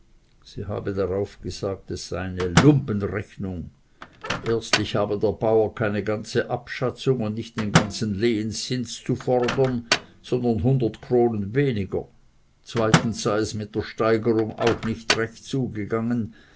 sie habe darauf gesagt das sei eine lumpe rechnig erstlich habe der bauer keine abschatzig und nicht den ganzen lehenzins zu fordern sondern hundert kronen weniger zweitens sei es mit der steigerig auch nicht recht zugegangen